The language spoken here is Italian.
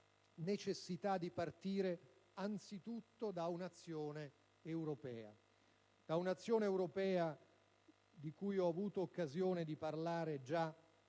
necessità di partire anzitutto da un'azione europea, di cui ho avuto occasione di parlare già